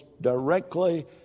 directly